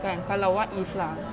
kan kalau what if lah